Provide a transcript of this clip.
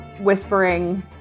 whispering